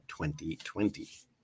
2020